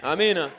Amen